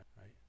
right